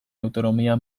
autonomia